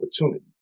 opportunity